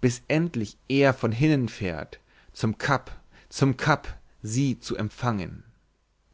bis endlich er von hinnen fährt zum cap zum cap sie zu empfangen